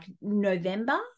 November